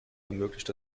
ermöglicht